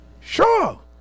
Sure